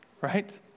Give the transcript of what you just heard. Right